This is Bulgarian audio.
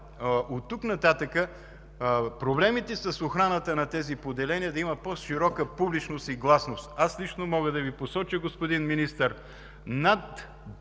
оттук нататък проблемите с охраната на тези поделения да имат по-широка публичност и гласност. Аз лично мога да Ви посоча, господин Министър, десетки